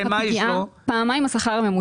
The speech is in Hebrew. פעמיים השכר הממוצע, הפגיעה, פעמיים השכר הממוצע.